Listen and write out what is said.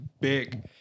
big